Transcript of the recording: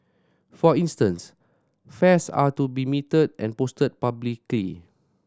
for instance fares are to be metered and posted publicly